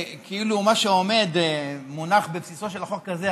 כאילו מה שעומד ומונח בבסיסו של החוק הזה,